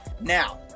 Now